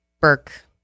Burke